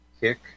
Kick